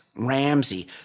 Ramsey